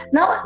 Now